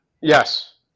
yes